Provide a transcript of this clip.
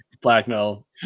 blackmail